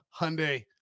Hyundai